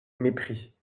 mépris